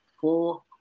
Four